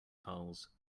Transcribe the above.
polls